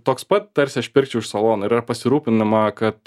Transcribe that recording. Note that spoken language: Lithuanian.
toks pat tarsi aš pirkčiau iš salono ir yra pasirūpinama kad